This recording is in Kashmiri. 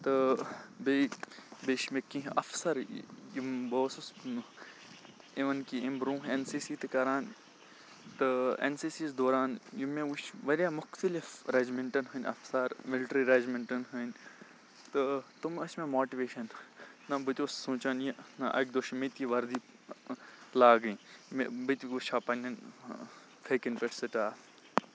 تہٕ بیٚیہِ بیٚیہِ چھِ مےٚ کینٛہہ اَفسَر یِم بہٕ اوسُس اِوٕن کہِ ایٚمۍ برونٛہہ اٮ۪ن سی سی تہِ کَران تہٕ اٮ۪ن سی سی دوران یِم مےٚ وٕچھ واریاہ مُختلِف رٮ۪جمٮ۪نٛٹَن ہٕنٛدۍ اَفسَر مِلٹرٛی رٮ۪جمٮ۪نٛٹَن ہٕنٛدۍ تہٕ تٕم ٲسۍ مےٚ ماٹِویشَن نہ بہٕ تہِ اوس سونٛچان یہِ نہ اَکہِ دۄہ چھِ مےٚ تہِ وَردی لاگٕنۍ مےٚ بہٕ تہِ وٕچھ ہا پنٛنٮ۪ن پھیکٮ۪ن پٮ۪ٹھ سٹاف